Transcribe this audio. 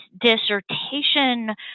dissertation